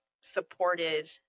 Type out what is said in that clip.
supported